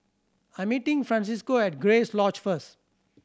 I'm meeting Francisco at Grace Lodge first